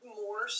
more